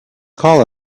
called